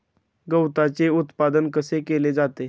गवताचे उत्पादन कसे केले जाते?